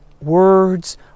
words